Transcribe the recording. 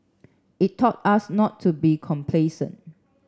it taught us not to be complacent